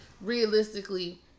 realistically